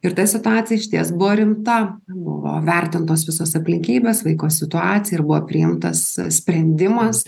ir ta situacija išties buvo rimta buvo vertintos visos aplinkybės vaiko situacija ir buvo priimtas sprendimas